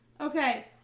Okay